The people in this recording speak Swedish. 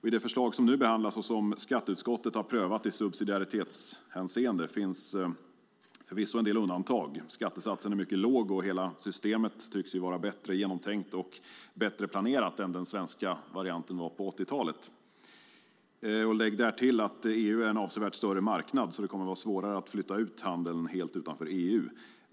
I det förslag som nu behandlas, och som skatteutskottet har prövat i subsidiaritetshänseende, finns förvisso en del undantag. Skattesatsen är mycket låg, och hela systemet tycks vara bättre genomtänkt och bättre planerat än vad den svenska varianten var på 80-talet. Lägg därtill att EU är en avsevärt större marknad. Det kommer att vara svårare att flytta ut handeln helt utanför EU.